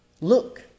Look